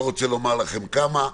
אני לא רוצה לומר לכם כמה.